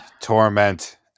Torment